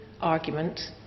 argument